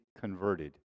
converted